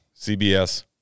CBS